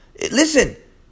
Listen